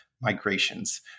migrations